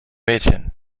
mädchen